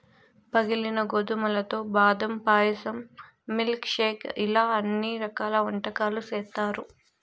పగిలిన గోధుమలతో బాదం పాయసం, మిల్క్ షేక్ ఇలా అన్ని రకాల వంటకాలు చేత్తారు